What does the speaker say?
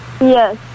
Yes